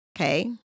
Okay